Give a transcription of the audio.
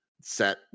set